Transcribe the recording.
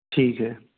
ठीक है